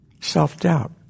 Self-doubt